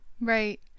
Right